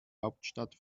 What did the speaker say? hauptstadt